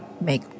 make